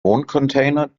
wohncontainer